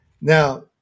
Now